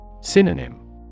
Synonym